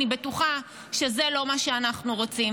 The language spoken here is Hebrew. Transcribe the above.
אני בטוחה שזה לא מה שאנחנו רוצים.